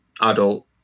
adult